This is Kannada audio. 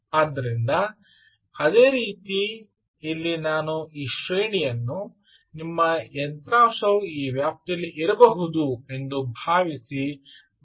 ಆದ್ದರಿಂದ ಅದೇ ರೀತಿ ಇಲ್ಲಿ ನಾನು ಈ ಶ್ರೇಣಿಯನ್ನುನಿಮ್ಮ ಯಂತ್ರಾಂಶವು ಈ ವ್ಯಾಪ್ತಿಯಲ್ಲಿ ಇರಬಹುದು ಎಂದು ಭಾವಿಸಿ ಬರೆದಿದ್ದೇನೆ